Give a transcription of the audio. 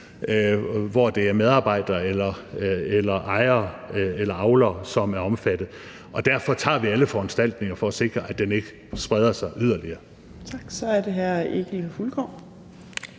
hvor det er medarbejdere eller ejere eller avlere, som er omfattet. Og derfor tager vi alle foranstaltninger for at sikre, at den ikke spreder sig yderligere.